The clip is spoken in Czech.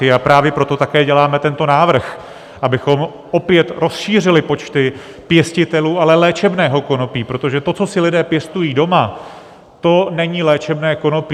A právě proto také děláme tento návrh, abychom opět rozšířili počty pěstitelů, ale léčebného konopí, protože to, co si lidé pěstují doma, to není léčebné konopí.